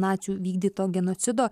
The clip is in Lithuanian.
nacių vykdyto genocido